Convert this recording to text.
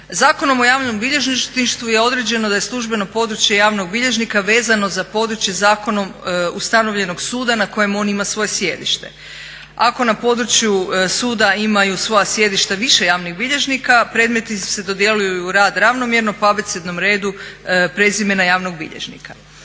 Zakonom o javnom bilježništvu je određeno da je službeno područje javnog bilježnika vezano za područje zakonom ustanovljenog suda na kojem on ima svoje sjedište. Ako na području suda imaju svoja sjedišta više javnih bilježnika predmeti se dodjeljuju u rad ravnomjerno po abecednom redu prezimena javnog bilježnika.